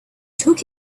took